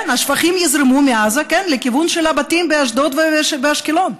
השפכים יזרמו מעזה לכיוון של הבתים באשדוד ובאשקלון.